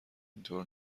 اینطور